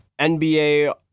NBA